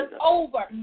over